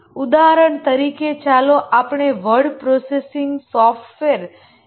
ઉદાહરણ તરીકે ચાલો આપણે વર્ડ પ્રોસેસિંગ સોફ્ટવેર કહીએ